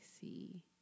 see